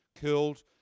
killed